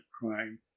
crime